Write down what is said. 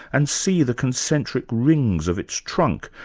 and see the concentric rings of its trunk.